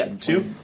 two